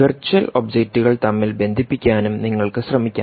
virtual ഒബ്ജക്റ്റുകൾ തമ്മിൽ ബന്ധിപ്പിക്കാനും നിങ്ങൾക്ക് ശ്രമിക്കാം